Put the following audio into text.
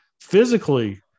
Physically